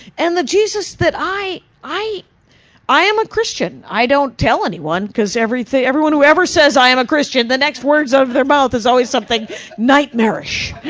and the jesus that i i i am a christian. i don't tell anyone, cause anyone whoever says, i am a christian, the next words out of their mouth is always something nightmarish.